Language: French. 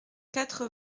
quatre